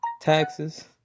taxes